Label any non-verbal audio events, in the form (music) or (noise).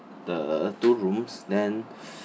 the two rooms then (noise)